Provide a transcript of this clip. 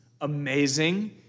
amazing